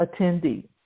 attendee